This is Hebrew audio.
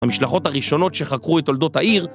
המשלחות הראשונות שחקרו את תולדות העיר